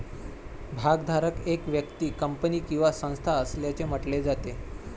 भागधारक एक व्यक्ती, कंपनी किंवा संस्था असल्याचे म्हटले जाते